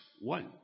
one